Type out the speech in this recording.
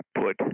put